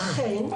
אכן,